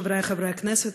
חברי חברי הכנסת,